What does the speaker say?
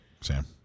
Sam